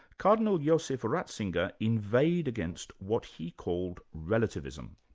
cardinal josef ratzinger inveighed against what he called relativism.